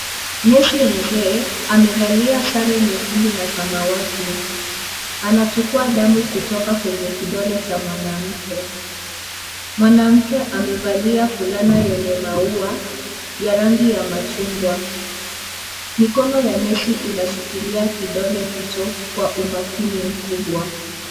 Nesi mzee, amevalia sare nyekundu na samawati. Anachukua damu kutoka kwenye kidole cha mwanamke. Mwanamke amevalia fulana yenye maua ya rangi ya machungwa. Mikono ya nesi inashikilia kidole hicho kwa umakini mkubwa.